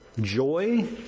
joy